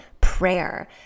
prayer